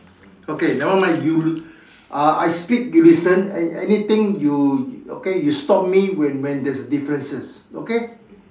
okay never mind you uh I speak you listen an~ anything you okay you stop me when when there's a differences okay